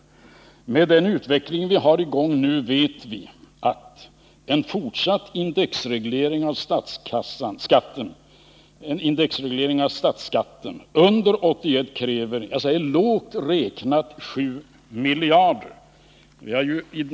Med hänsyn till den utveckling vi har nu vet vi att en fortsatt indexreglering av statsskatten under 1981 kräver lågt räknat 7 miljarder.